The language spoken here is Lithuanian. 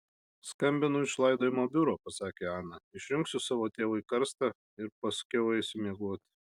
skambinu iš laidojimo biuro pasakė ana išrinksiu savo tėvui karstą ir paskiau eisiu miegoti